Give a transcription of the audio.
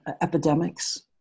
epidemics